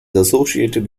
associated